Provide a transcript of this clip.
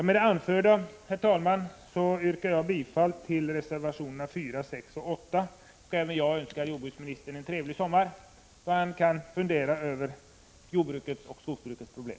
Men det anförda, herr talman, yrkar jag bifall till reservationerna 4, 6 och 8. Även jag önskar jordbruksministern en trevlig sommar, då han kan fundera över jordbrukets och skogsbrukets problem.